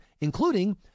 including